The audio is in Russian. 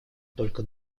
только